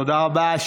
תודה רבה.